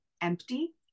empty